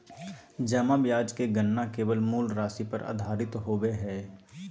जमा ब्याज के गणना केवल मूल राशि पर आधारित होबो हइ